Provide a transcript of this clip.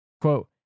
Quote